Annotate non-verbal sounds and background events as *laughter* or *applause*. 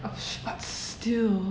oh *noise* but still